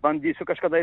bandysiu kažkada